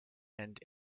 and